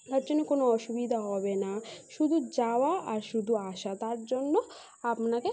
এর জন্য কোনো অসুবিধা হবে না শুধু যাওয়া আর শুধু আসা তার জন্য আপনাকে